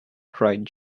cried